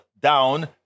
down